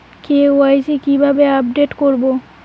KYC কিভাবে update করব?